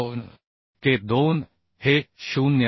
2 K2 हे 0